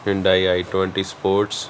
Hyundai I twenty sports